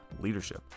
leadership